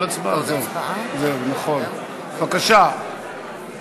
להצעה לסדר-היום ולהעביר את הנושא לוועדת